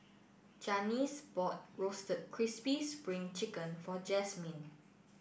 Janis bought Roasted Crispy Spring Chicken for Jasmin